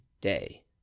day